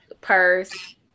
purse